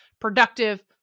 productive